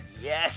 yes